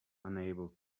unable